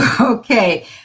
Okay